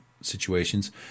situations